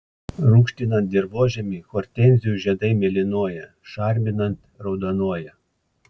rūgštinant dirvožemį hortenzijų žiedai mėlynuoja šarminant raudonuoja